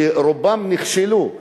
שרובם נכשלו,